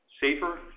safer